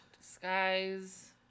Disguise